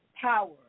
power